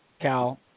Cal